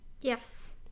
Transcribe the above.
Yes